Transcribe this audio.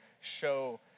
show